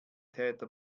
täter